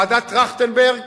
ועדת-טרכטנברג